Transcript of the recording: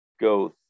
go